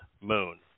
moon